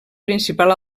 principal